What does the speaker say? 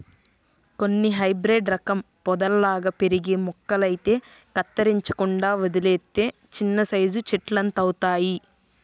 కొన్ని హైబ్రేడు రకం పొదల్లాగా పెరిగే మొక్కలైతే కత్తిరించకుండా వదిలేత్తే చిన్నసైజు చెట్టులంతవుతయ్